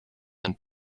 and